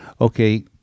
okay